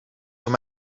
voor